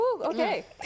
Okay